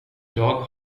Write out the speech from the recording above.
dag